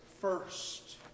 first